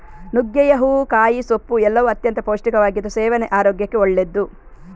ನುಗ್ಗೆಯ ಹೂವು, ಕಾಯಿ, ಸೊಪ್ಪು ಎಲ್ಲವೂ ಅತ್ಯಂತ ಪೌಷ್ಟಿಕವಾಗಿದ್ದು ಸೇವನೆ ಆರೋಗ್ಯಕ್ಕೆ ಒಳ್ಳೆದ್ದು